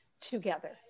together